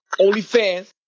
OnlyFans